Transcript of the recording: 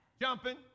Jumping